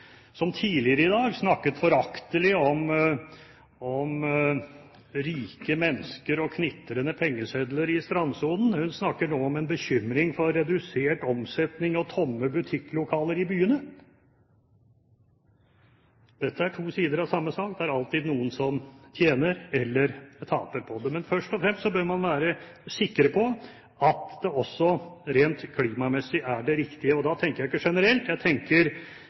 som tidligere i dag snakket foraktelig om rike mennesker og knitrende pengesedler i strandsonen, nå bekymre seg for redusert omsetning og tomme butikklokaler i byene, så er dette to sider av samme sak – det er alltid noen som tjener, eller taper, på det. Først og fremst bør man være sikker på at det også rent klimamessig er det riktige. Og da tenker jeg ikke generelt, jeg tenker